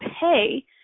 pay